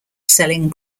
selling